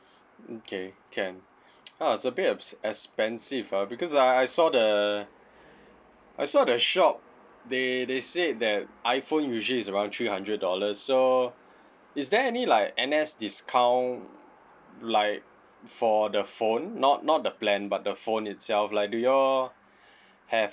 okay can uh it's a bit ex~ expensive ah because I I saw the I saw the shop they they said that iphone usually is around three hundred dollars so is there any like N_S discount like for the phone not not the plan but the phone itself like do you all have